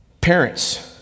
Parents